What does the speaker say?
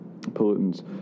pollutants